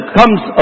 comes